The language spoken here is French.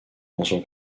mention